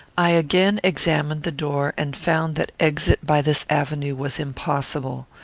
i again examined the door, and found that exit by this avenue was impossible.